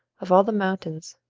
of all the mountains,